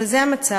אבל זה המצב.